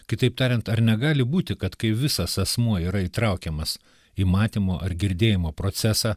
kitaip tariant ar negali būti kad kai visas asmuo yra įtraukiamas į matymo ar girdėjimo procesą